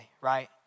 right